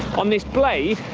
on this blade,